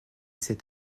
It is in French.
cet